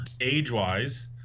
age-wise